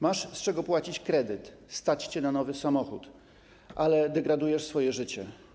Masz z czego płacić kredyt, stać cię na nowy samochód, ale degradujesz swoje życie.